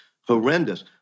horrendous